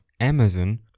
Amazon